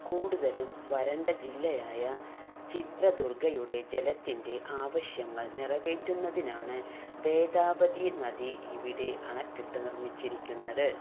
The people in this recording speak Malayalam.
കൂടുതലും വരണ്ട ജില്ലയായ ചിത്രദുർഗയുടെ ജലത്തിൻ്റെ ആവശ്യങ്ങൾ നിറവേറ്റുന്നതിനാണ് വേദാവതി നദി ഇവിടെ അണക്കെട്ട് നിർമ്മിച്ചിരിക്കുന്നത്